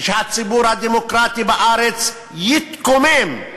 שהציבור הדמוקרטי בארץ יתקומם,